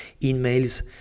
emails